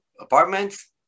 apartments